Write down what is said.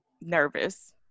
nervous